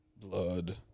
blood